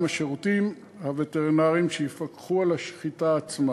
השירותים הווטרינריים שיפקחו על השחיטה עצמה.